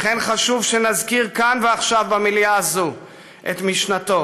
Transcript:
לכן חשוב שנזכיר כאן ועכשיו במליאה הזו את משנתו.